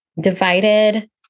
divided